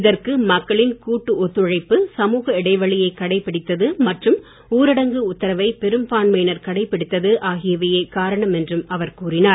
இதற்கு மக்களின் கூட்டு ஒத்துழைப்பு சமூக இடைவெளியை கடைபிடித்தது மற்றும் ஊரடங்கு உத்தரவை பெரும்பான்மையினர் கடைபிடித்தது ஆகியவையே காரணம் என்றும் அவர் கூறினார்